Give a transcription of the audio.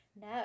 No